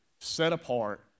set-apart